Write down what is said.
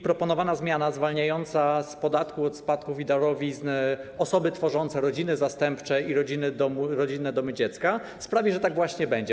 Proponowana zmiana zwalniająca z podatku od spadków i darowizn osoby tworzące rodziny zastępcze i rodzinne domy dziecka sprawi, że tak właśnie będzie.